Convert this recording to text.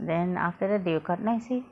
then after that they will cut nicely